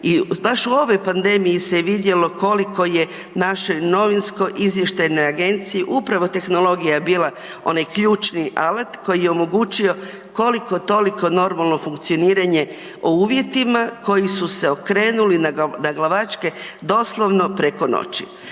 I baš u ovoj pandemiji se je vidjelo koliko je naše novinsko izvještajne agencije upravo tehnologija je bila onaj ključni alat koji je omogućio koliko toliko normalno funkcioniranje o uvjetima koji su se okrenuli naglavačke doslovno preko noći.